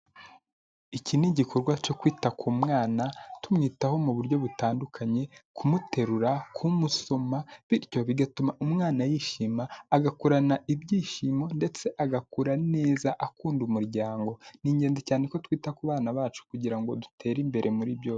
Iki ni igikorwa cyo kwita ku mwana tumwitaho mu buryo butandukanye, kumuterura, kumusoma, bityo bigatuma umwana yishima agakurana ibyishimo ndetse agakura neza akunda umuryango. Ni ingenzi cyane ko twita ku bana bacu kugira ngo dutere imbere muri byose.